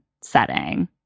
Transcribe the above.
setting